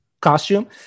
costume